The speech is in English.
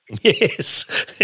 Yes